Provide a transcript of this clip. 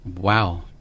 Wow